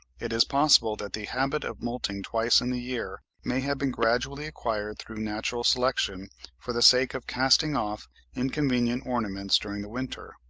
it is possible that the habit of moulting twice in the year may have been gradually acquired through natural selection for the sake of casting off inconvenient ornaments during the winter.